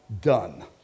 done